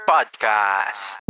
Podcast